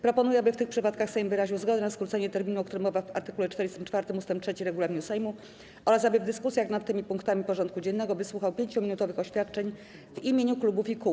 Proponuję, aby w tych przypadkach Sejm wyraził zgodę na skrócenie terminu, o którym mowa w art. 44 ust. 3 regulaminu Sejmu, oraz aby w dyskusjach nad tymi punktami porządku dziennego wysłuchał 5-minutowych oświadczeń w imieniu klubów i kół.